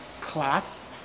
class